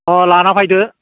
अह लाना फैदो